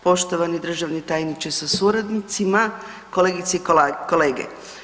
Poštovani državni tajniče sa suradnicima, kolegice i kolege.